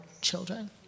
children